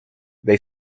they